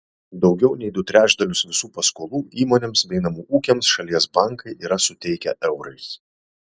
daugiau nei du trečdalius visų paskolų įmonėms bei namų ūkiams šalies bankai yra suteikę eurais